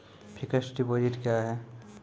Fixed deposit क्या हैं?